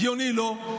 הגיוני, לא?